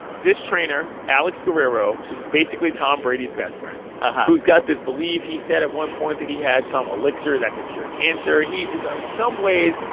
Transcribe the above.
this trainer, alex guerrero, is basically tom brady's best friend, ah who's got this belief, he said at one point, that he had some elixir that could cure cancer. he is, in um some ways,